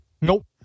Nope